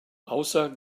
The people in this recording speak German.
außer